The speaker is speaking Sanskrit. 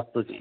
अस्तु जि